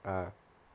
ah